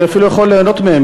אני אפילו יכול ליהנות מהם.